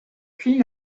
puis